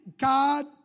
God